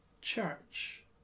church